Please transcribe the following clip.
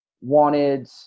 wanted